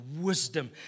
wisdom